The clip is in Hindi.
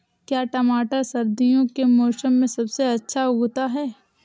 क्या टमाटर सर्दियों के मौसम में सबसे अच्छा उगता है?